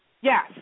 Yes